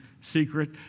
secret